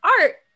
art